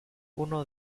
uno